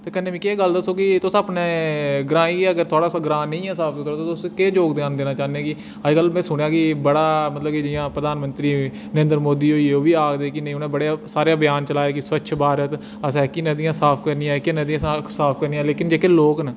ते कन्नै मिक्की एह् गल्ल दस्सो के तुस अपने ग्रांऽ गी अगर थुआढ़ा ग्रांऽ नेईं है साफ सुथरा ते तुस केह् योगदान देना चाह्न्ने कि अजकल में सुनेआ कि बड़ा मतलब कि जि'यां प्रधानमंत्री नरेन्द्र मोदी होई गे ओह् बी आखदे कि नेईं उ'नें बड़े सारे अभियान चलाए कि स्वच्छ भारत अ'सें एह्कियां नदियां साफ करनियां एकियां नदियां साफ करनियां लेकिन जेह्के लोग न